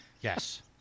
Yes